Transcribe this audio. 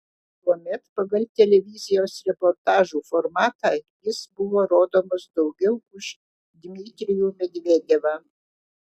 tuomet pagal televizijos reportažų formatą jis buvo rodomas daugiau už dmitrijų medvedevą